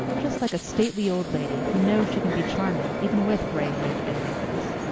just like a stately old lady who knows she can be charming even with gray hair and wrinkles.